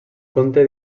conte